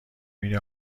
میری